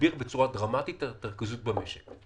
יגביר בצורה דרמטית את הריכוזיות במשק.